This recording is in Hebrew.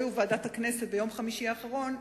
היו בוועדת הכנסת ביום חמישי האחרון,